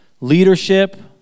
leadership